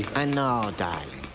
i know darling.